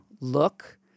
look